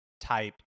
type